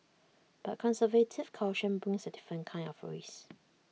but conservative caution brings A different kind of risk